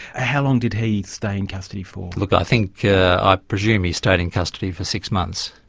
how long did he stay in custody for? look i think yeah ah i presume he stayed in custody for six months.